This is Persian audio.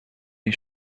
این